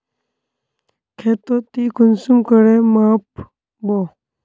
खेतोक ती कुंसम करे माप बो?